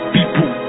people